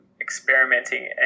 experimenting